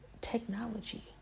Technology